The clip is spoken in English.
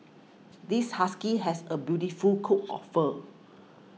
this husky has a beautiful coat of fur